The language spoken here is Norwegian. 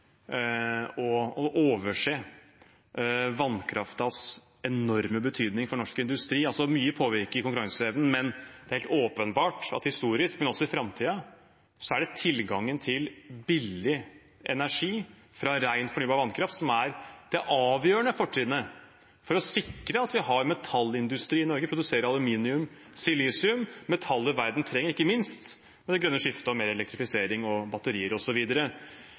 enorme betydning for norsk industri. Mye påvirker konkurranseevnen, men det er helt åpenbart at historisk, og også i framtiden, er det tilgangen til billig energi fra ren, fornybar vannkraft som er det avgjørende fortrinnet for å sikre at vi har metallindustri i Norge, produserer aluminium og silisium, metaller verden trenger, ikke minst med det grønne skiftet og mer elektrifisering og batterier